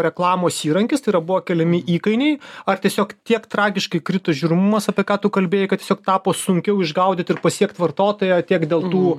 reklamos įrankis tai yra buvo keliami įkainiai ar tiesiog tiek tragiškai krito žiūrimumas apie ką tu kalbėjai kad tiesiog tapo sunkiau išgaudyt ir pasiekt vartotoją tiek dėl tų